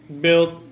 built